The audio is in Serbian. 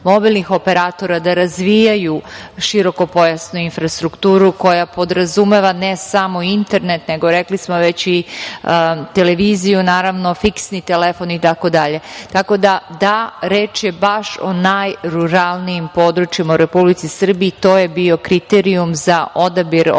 da razvijaju širokopojasnu infrastrukturu koja podrazumeva ne samo internet, nego rekli smo već i televiziju, fiksni telefon itd. Tako da, da, reč je baš o najruralnijim područjima u Republici Srbiji. To je bio kriterijum za odabir ovih